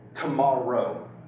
tomorrow